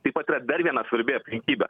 taip pat yra dar viena svarbi aplinkybė